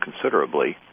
considerably